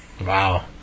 Wow